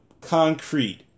concrete